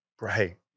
Right